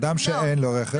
אדם שאין לו רכב.